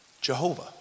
Jehovah